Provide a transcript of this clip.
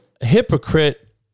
hypocrite